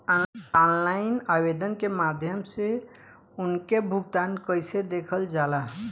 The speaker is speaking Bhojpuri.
ऑनलाइन आवेदन के माध्यम से उनके भुगतान कैसे देखल जाला?